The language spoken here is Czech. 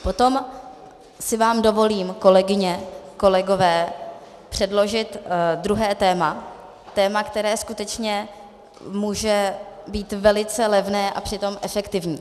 Potom si vám dovolím, kolegyně, kolegové, předložit druhé téma, téma, které skutečně může být velice levné a přitom efektivní.